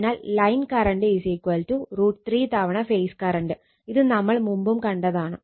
അതിനാൽ line current √ 3 തവണ phase current ഇത് നമ്മൾ മുമ്പും കണ്ടതാണ്